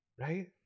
Right